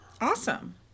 Awesome